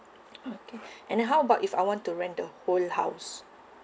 okay and how about if I want to rent the whole house